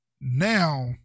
now